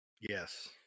Yes